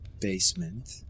basement